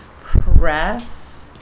press